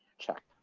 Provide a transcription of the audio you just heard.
check.